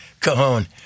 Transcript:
Cajon